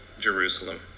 Jerusalem